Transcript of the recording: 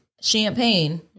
champagne